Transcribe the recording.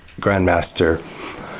Grandmaster